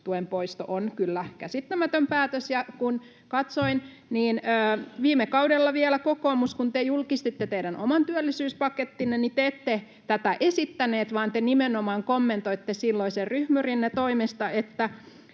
poisto on kyllä käsittämätön päätös, ja kun katsoin, niin viime kaudella vielä, kokoomus, kun julkistitte teidän oman työllisyyspakettinne, te ette tätä esittäneet vaan te nimenomaan kommentoitte silloisen ryhmyrinne toimesta, että